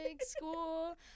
school